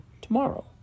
tomorrow